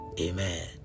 Amen